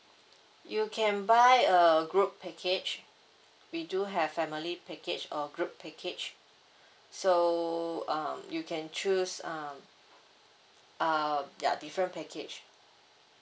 you can buy a group package we do have family package or group package so um you can choose um uh ya different package